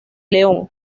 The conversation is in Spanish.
león